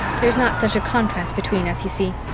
there's not such a contrast between us, you see.